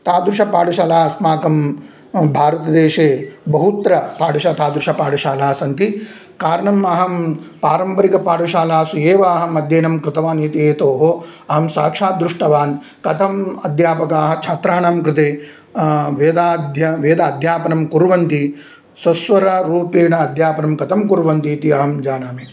तादृशपाठशाला अस्माकं भारतदेशे बहुत्र पाटशा तादृशपाठशालाः सन्ति कारणम् अहं पारम्परिकपाठशालासु एव अहम् अध्ययनं कृतवान् इति हेतोः अहं साक्षात् दृष्टवान् कथम् अध्यापकाः छात्राणां कृते वेदाध्य वेद अध्यापनं कुर्वन्ति सस्वररूपेण अध्यापनं कथं कुर्वन्ति इति अहं जानामि